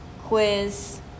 quiz